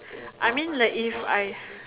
I mean like if I